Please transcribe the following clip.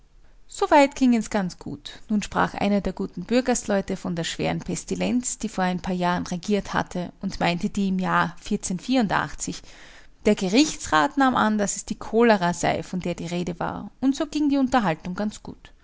weit ging es ganz gut nun sprach einer der guten bürgersleute von der schweren pestilenz die vor ein paar jahren regiert hatte und meinte die im jahre der gerichtsrat nahm an daß es die cholera sei von der die rede war und so ging die unterhaltung ganz gut